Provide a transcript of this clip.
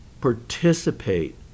participate